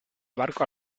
barco